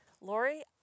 Lori